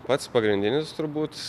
pats pagrindinis turbūt